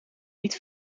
niet